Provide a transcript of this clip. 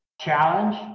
challenge